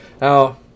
Now